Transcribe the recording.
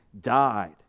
died